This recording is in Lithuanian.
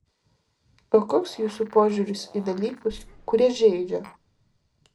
o koks jūsų požiūris į dalykus kurie žeidžia